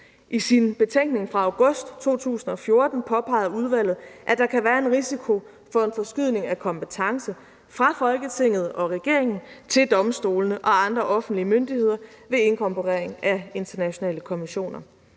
I sin betænkning fra august 2014 påpegede udvalget, at der kan være en risiko for en forskydning af kompetence fra Folketinget og regeringen til domstolene og andre offentlige myndigheder ved inkorporering af internationale konventioner.